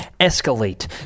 escalate